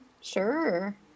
Sure